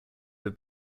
have